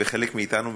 וחלק מאיתנו מכירים,